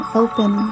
open